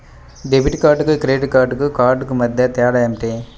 Debit కార్డుకు credit credit కార్డుకు మధ్య తేడా ఏమిటీ?